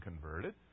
converted